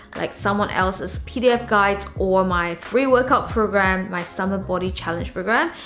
like someone else's pdf guides or my free workout program, my stomach body challenge program.